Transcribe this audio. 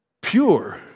pure